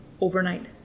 overnight